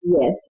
Yes